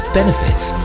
benefits